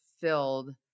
filled